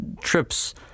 trips